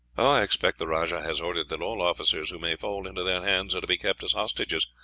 i expect the rajah has ordered that all officers who may fall into their hands are to be kept as hostages,